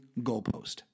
goalpost